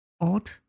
odd